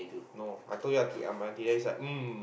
no I told you I took M_R_T then it's like mm